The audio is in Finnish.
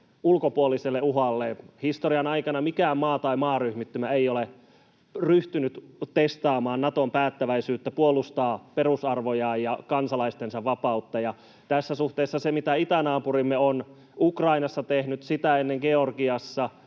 ulkopuoliselle uhalle. Historian aikana mikään maa tai maaryhmittymä ei ole ryhtynyt testaamaan Naton päättäväisyyttä puolustaa perusarvoja ja kansalaistensa vapautta, ja tässä suhteessa se, mitä itänaapurimme on Ukrainassa tehnyt, sitä ennen Georgiassa,